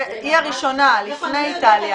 היא הראשונה, לפני איטליה.